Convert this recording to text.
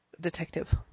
detective